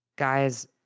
Guys